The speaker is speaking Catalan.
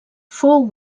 fou